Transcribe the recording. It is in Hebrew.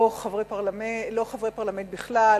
לא חברי פרלמנט בכלל,